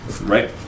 Right